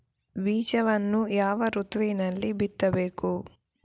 ಬೀಜವನ್ನು ಯಾವ ಋತುವಿನಲ್ಲಿ ಬಿತ್ತಬೇಕು?